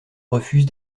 refuse